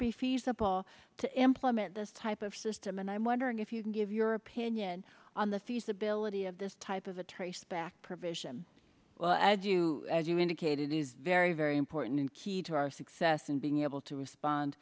be feasible to implement this type of system and i'm wondering if you can give your opinion on the fisa bill lety of this type of a traceback provision well as you as you indicated is very very important and key to our success in being able to respond